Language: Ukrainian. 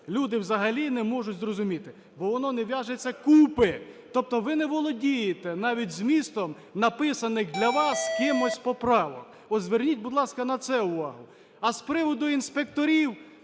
люди взагалі не можуть зрозуміти, бо воно не в'яжеться купи. Тобто ви не володієте навіть змістом, написаних для вас кимось, поправок. От зверніть, будь ласка, на це увагу. А з приводу інспекторів,